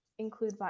include